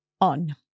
on